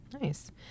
Nice